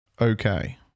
Okay